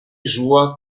joua